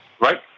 Right